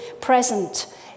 present